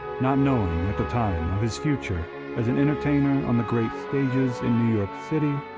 not knowing at the time of his future as an entertainer on the great stages in new york city,